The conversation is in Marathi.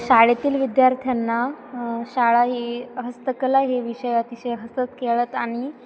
शाळेतील विद्यार्थ्यांना शाळा ही हस्तकला हे विषय अतिशय हसत खेळत आणि